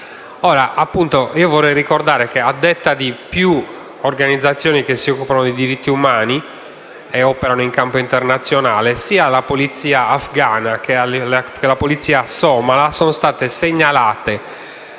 somale. Vorrei ricordare che, a detta di più organizzazioni che si occupano di diritti umani e operano in campo internazionale, sia la polizia afgana che la polizia somala sono state segnalate